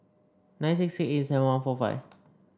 nine six six eight seven one four five